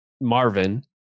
Marvin